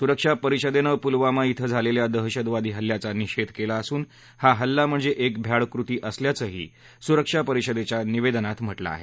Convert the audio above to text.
सुरक्षा परिषदेनं पुलवाला इथं झालेल्या दहशतवादी हल्ल्याचा निषेध केला असून हा हल्ला म्हणजे एक भ्याड कृती असल्याचंही सुरक्षा परिषदेच्या निवेदनात म्हटलं आहे